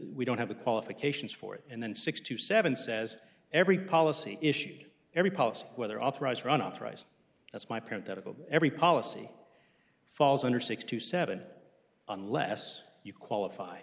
we don't have the qualifications for it and then six to seven says every policy issue every policy whether authorized or an authorized that's my point that of every policy falls under six to seven unless you qualify